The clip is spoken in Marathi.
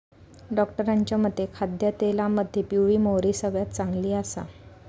डॉक्टरांच्या मते खाद्यतेलामध्ये पिवळी मोहरी सगळ्यात चांगली आसा